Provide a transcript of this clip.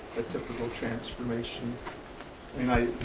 difficult transformation and i